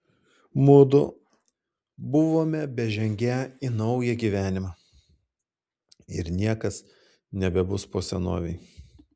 mudu buvome bežengią į naują gyvenimą ir niekas nebebus po senovei